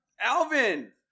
Alvin